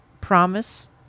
promise